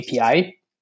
API